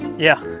yeah,